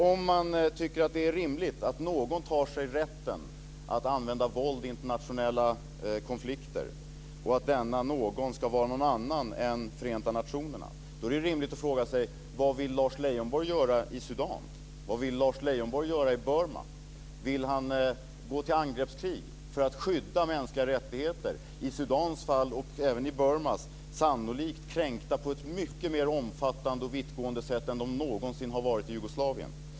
Om man tycker att det är rimligt att någon tar sig rätten att använda våld i internationella konflikter, och att denna någon ska vara någon annan än Förenta nationerna, är det rimligt att fråga sig vad Lars Leijonborg vill göra i Sudan och i Burma. Vill han gå till angreppskrig för att skydda mänskliga rättigheter - i Sudans och Burmas fall sannolikt kränkta på ett mer omfattande och vittgående sätt än de någonsin har varit i Jugoslavien?